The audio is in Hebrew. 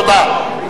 תודה.